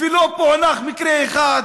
ולא פוענח מקרה אחד.